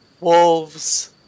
wolves